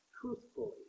truthfully